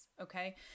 Okay